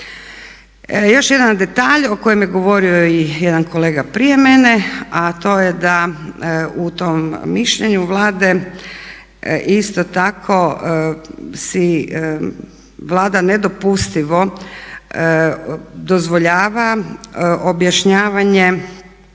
Još jedan detalja o kojem je govorio i jedan kolega prije mene, a to je da u tom mišljenju Vlade isto tako si Vlada nedopustivo dozvoljava objašnjavanje